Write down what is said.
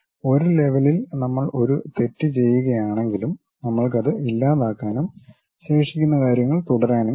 ഒരു ലെവലിൽ നമ്മൾ ഒരു തെറ്റ് ചെയ്യുകയാണെങ്കിലും നമ്മൾക്ക് അത് ഇല്ലാതാക്കാനും ശേഷിക്കുന്ന കാര്യങ്ങളിൽ തുടരാനും കഴിയും